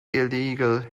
illegal